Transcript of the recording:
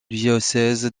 diocèse